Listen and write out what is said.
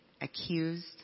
accused